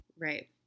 right